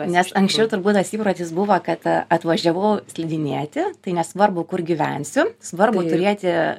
nes anksčiau turbūt tas įprotis buvo kad atvažiavau slidinėti tai nesvarbu kur gyvensiu svarbu turėti